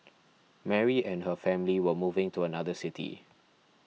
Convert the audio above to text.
Mary and her family were moving to another city